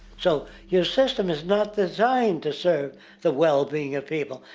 so your system is not designed to serve the well-being of people.